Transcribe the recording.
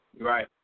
Right